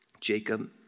Jacob